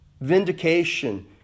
vindication